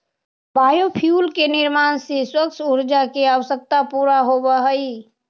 biofuel के निर्माण से स्वच्छ ऊर्जा के आवश्यकता पूरा होवऽ हई